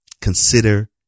Consider